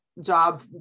job